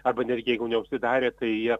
arba netgi jeigu neužsidarė tai jie